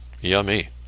Yummy